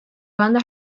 banda